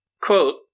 Quote